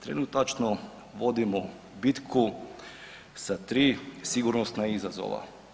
Trenutačno vodimo bitku sa 3 sigurnosna izazova.